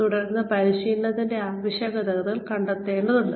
തുടർന്ന് പരിശീലനത്തിന്റെ ആവശ്യകതകൾ കണ്ടെത്തേണ്ടതുണ്ട്